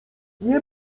nie